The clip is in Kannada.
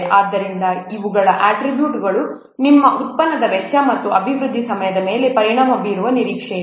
ಆದ್ದರಿಂದ ಇವುಗಳು ಅಟ್ರಿಬ್ಯೂಟ್ಗಳು ನಿಮ್ಮ ಉತ್ಪನ್ನದ ವೆಚ್ಚ ಮತ್ತು ಅಭಿವೃದ್ಧಿ ಸಮಯದ ಮೇಲೆ ಪರಿಣಾಮ ಬೀರುವ ನಿರೀಕ್ಷೆಯಿದೆ